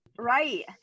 Right